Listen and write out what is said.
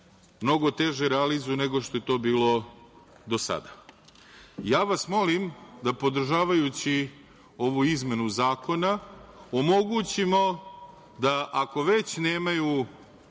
mnogo teže realizuju nego što je to bilo do sada. Ja vas molim, podržavajući ovu izmenu zakona, omogućimo da ako već nemaju